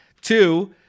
two